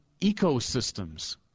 ecosystems